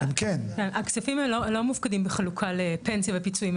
הכספים הם לא מופקדים בחלוקה לפנסיה ופיצויים.